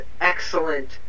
excellent